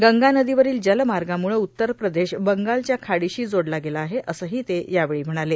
गंगा नदीवरील जलमार्गामुळं उत्तर प्रदेश बंगालच्या खाडीशी जोडला गेला आहे असंही ते यावेळी म्हणाले